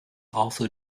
also